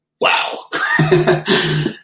wow